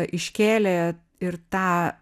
iškėlė ir tą